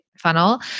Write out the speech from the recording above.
funnel